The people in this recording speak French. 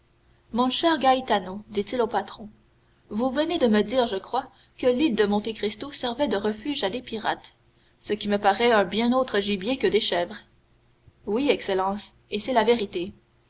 mon cher gaetano dit-il au patron vous venez de me dire je crois que l'île de monte cristo servait de refuge à des pirates ce qui me paraît un bien autre gibier que des chèvres oui excellence et c'est la vérité